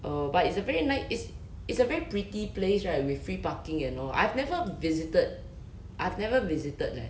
oh but it's a very nice it's it's a very pretty place right with free parking and all I've never visited I've never visited leh